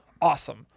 Awesome